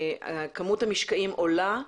כמות המשקעים עולה,